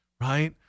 right